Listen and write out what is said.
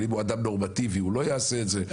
אבל אם הוא אדם נורמטיבי הוא לא יעשה את זה.